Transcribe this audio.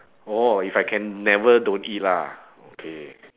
orh if I can never don't eat lah okay